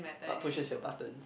what pushes your buttons